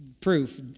proof